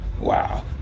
Wow